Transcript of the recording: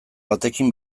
batekin